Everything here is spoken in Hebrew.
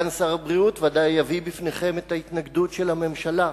סגן שר הבריאות ודאי יביא בפניכם את ההתנגדות של הממשלה,